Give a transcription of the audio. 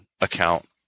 account